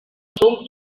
consum